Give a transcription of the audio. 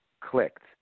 clicked